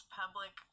public